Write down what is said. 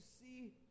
see